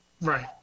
Right